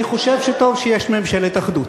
אני חושב שטוב שיש ממשלת אחדות,